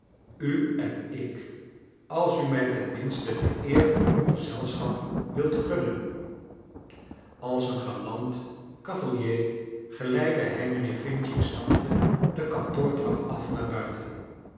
u en ik als u mij tenminste de eer van uw gezelschap wilt gunnen als een galant cavalier geleidde hij mijnheer f's tante de kantoor trap af naar buiten